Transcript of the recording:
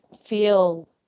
feel